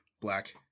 Black